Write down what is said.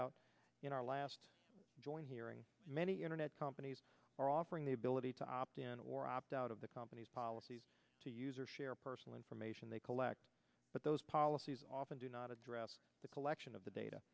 out in our last joint hearing many internet companies are offering the ability to opt in or opt out of the company's policies to use or share personal information they collect but those policies often do not address the collection of the data